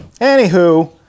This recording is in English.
anywho